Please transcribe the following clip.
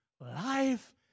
life